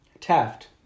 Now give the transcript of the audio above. Taft